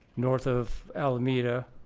north of alameda